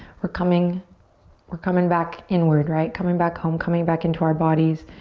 we're coming we're coming back inward, right? coming back home, coming back into our bodies.